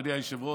אדוני היושב-ראש,